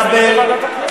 חבר הכנסת כבל,